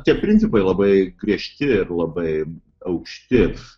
tie principai labai griežti ir labai aukšti